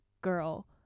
girl